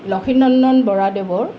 Lakshmindan বৰাদেৱৰ